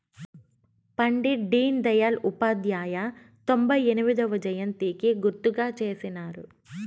పండిట్ డీన్ దయల్ ఉపాధ్యాయ తొంభై ఎనిమొదవ జయంతికి గుర్తుగా చేసినారు